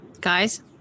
Guys